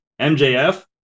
MJF